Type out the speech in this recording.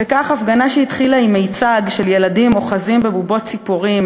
וכך הפגנה שהתחילה עם מיצג של ילדים אוחזים בבובות ציפורים,